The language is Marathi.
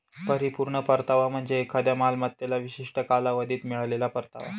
परिपूर्ण परतावा म्हणजे एखाद्या मालमत्तेला विशिष्ट कालावधीत मिळालेला परतावा